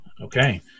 Okay